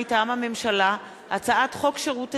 מטעם הממשלה: הצעת חוק שירות אזרחי,